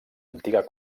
antiga